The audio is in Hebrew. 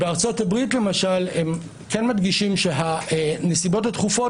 בארצות הברית למשל הם כן מדגישים שבנסיבות הדחופות